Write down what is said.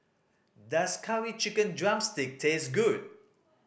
does Curry Chicken drumstick taste good